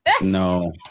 No